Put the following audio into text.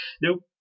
Nope